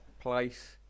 place